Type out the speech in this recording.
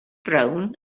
brown